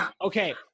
Okay